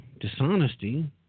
dishonesty